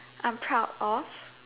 I'm proud of